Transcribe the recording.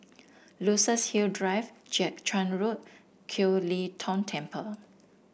Luxus Hill Drive Jiak Chuan Road and Kiew Lee Tong Temple